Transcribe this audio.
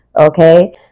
Okay